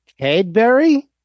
Cadbury